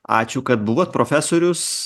ačiū kad buvot profesorius